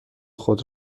خود